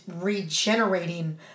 regenerating